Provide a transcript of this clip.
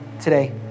today